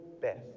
best